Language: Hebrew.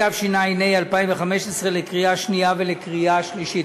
התשע"ה 2015, לקריאה שנייה ולקריאה שלישית.